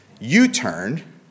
U-turn